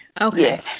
okay